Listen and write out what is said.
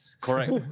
correct